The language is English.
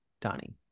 donnie